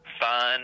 fun